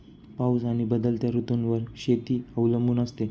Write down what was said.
पाऊस आणि बदलत्या ऋतूंवर शेती अवलंबून असते